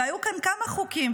והיו כאן כמה חוקים,